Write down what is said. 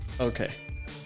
okay